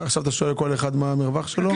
עכשיו אתה שואל כל אחד מה המרווח שלו?